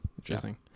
interesting